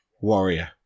warrior